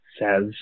says